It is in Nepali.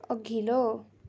अघिल्लो